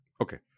okay